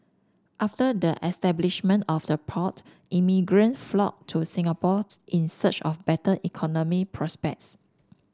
after the establishment of the port immigrant flocked to Singapore in search of better economic prospects